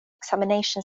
examination